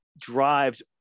drives